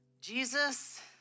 Jesus